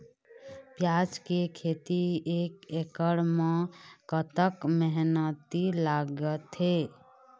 प्याज के खेती एक एकड़ म कतक मेहनती लागथे?